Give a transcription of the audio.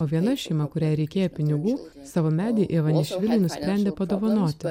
o viena šeima kuriai reikėjo pinigų savo medį ivanišvili nusprendė padovanoti